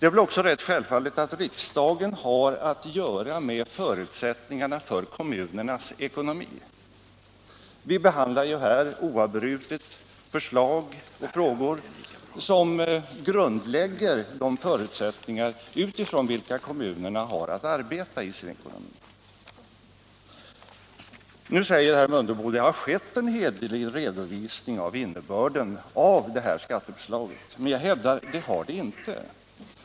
Det är väl också rätt självfallet att riksdagen har att göra med förutsättningarna för kommunernas ekonomi. Vi behandlar ju här oavbrutet förslag och frågor som grundlägger de förutsättningar, utifrån vilka kommunerna har att arbeta i sin ekonomi. Nu säger herr Mundebo: Det har skett en hederlig redovisning av innebörden av det här skatteförslaget. Men jag hävdar: Det har det inte.